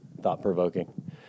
Thought-provoking